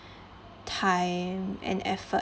time and effort